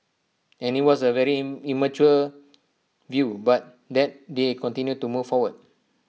and IT was A very in mature view but that they continue to move forward